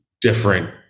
different